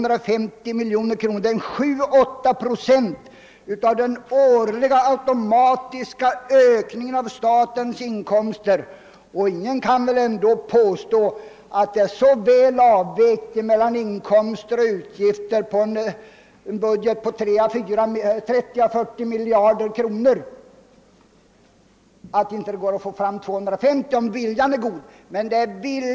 Detta motsvarar 7 å 8 procent av den årliga automatiska ökningen av statens inkomster, och ingen kan väl påstå att inkomster och utgifter är så noggrant avvägda i en budget på 30—40 miljarder kronor att det inte går att få fram 250 miljoner, om viljan är god.